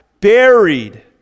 buried